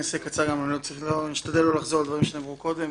אני אקצר ואשתדל לא לחזור על דברים שנאמרו קודם.